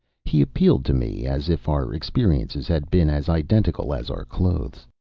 he appealed to me as if our experiences had been as identical as our clothes.